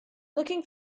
looking